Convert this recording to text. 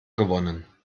gewonnen